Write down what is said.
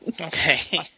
Okay